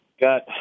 got